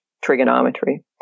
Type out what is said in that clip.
trigonometry